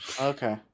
Okay